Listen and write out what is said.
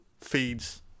feeds